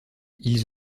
ils